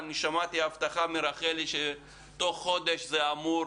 אני שמעתי הבטחה מרחלי שתוך חודש חוזר המנכ"ל החדש אמור